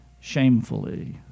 shamefully